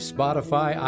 Spotify